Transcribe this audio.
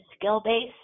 skill-based